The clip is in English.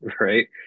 Right